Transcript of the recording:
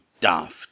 daft